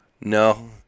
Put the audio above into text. No